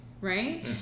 right